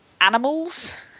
animals